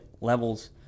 levels